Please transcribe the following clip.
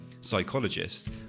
psychologist